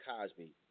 Cosby